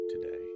today